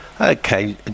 okay